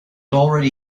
already